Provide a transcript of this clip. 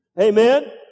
Amen